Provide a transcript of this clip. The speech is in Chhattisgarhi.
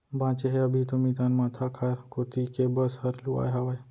बांचे हे अभी तो मितान माथा खार कोती के बस हर लुवाय हावय